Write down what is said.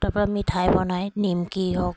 তাৰ পৰা মিঠাই বনাই নিমকি হওক